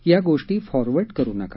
या गोष्टी फॉरवर्ड करु नका